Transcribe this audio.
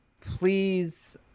please